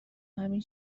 همین